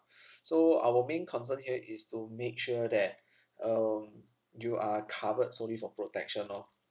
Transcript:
so our main concern here is to make sure that um you are covered solely for protection orh